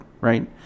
right